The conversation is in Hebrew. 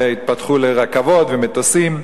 והתפתחו לרכבות ומטוסים,